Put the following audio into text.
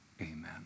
Amen